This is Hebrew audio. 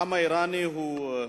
לעם האירני, בהחלט,